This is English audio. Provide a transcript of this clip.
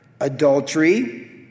adultery